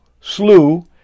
slew